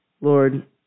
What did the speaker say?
Lord